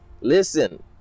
listen